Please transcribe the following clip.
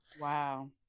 Wow